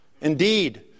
Indeed